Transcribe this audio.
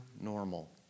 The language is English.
normal